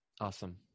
Awesome